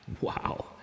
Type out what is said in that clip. wow